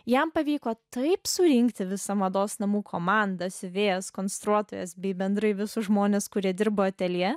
jam pavyko taip surinkti visą mados namų komandą siuvėjas konstruotojas bei bendrai visus žmones kurie dirbo ateljė